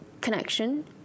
connection